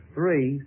Three